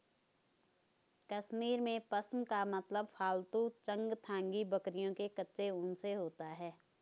कश्मीर में, पश्म का मतलब पालतू चंगथांगी बकरियों के कच्चे ऊन से होता है